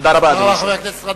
תודה רבה, אדוני היושב-ראש.